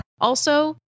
Also-